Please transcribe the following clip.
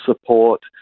support